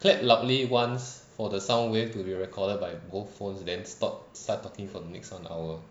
clap loudly once for the sound wave to be recorded by both phones then start start talking for the next one hour